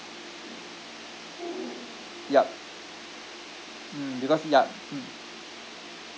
yup mm because ya mm